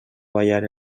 ballar